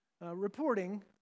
reporting